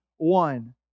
one